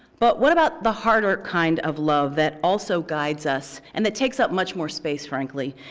but what about the harder kind of love that also guides us, and that takes up much more space, frankly,